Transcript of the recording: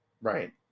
right